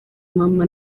mama